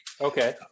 okay